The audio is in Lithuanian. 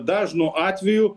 dažnu atveju